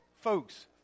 Folks